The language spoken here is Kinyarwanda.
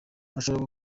bishobora